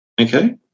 okay